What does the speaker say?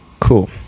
cool